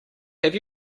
have